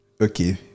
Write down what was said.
Okay